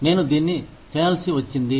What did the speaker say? నేను దీన్ని చేయాల్సివచ్చింది